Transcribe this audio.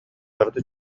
барыта